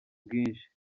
bwinshi